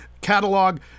catalog